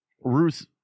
Ruth